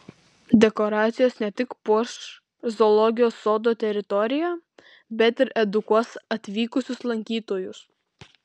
dekoracijos ne tik puoš zoologijos sodo teritoriją bet ir edukuos atvykusius lankytojus